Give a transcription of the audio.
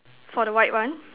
for the white one